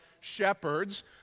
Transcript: shepherds